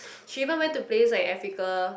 she even went to place like Africa